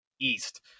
East